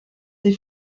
ces